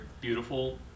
beautiful